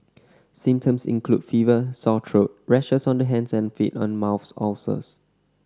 symptoms include fever sore throat rashes on the hands and feet and mouth ulcers